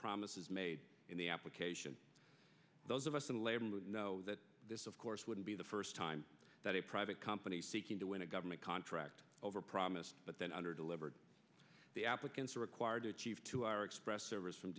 promises made in the application those of us in labor would know that this of course wouldn't be the first time that a private company seeking to win a government contract over promised but then under delivered the applicants are required to achieve to our express service from